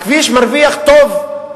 הכביש מרוויח טוב,